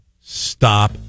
Stop